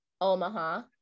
Omaha